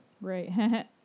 Right